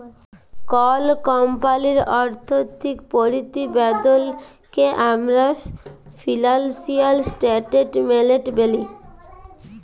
call কমপালির আথ্থিক পরতিবেদলকে আমরা ফিলালসিয়াল ইসটেটমেলট ব্যলি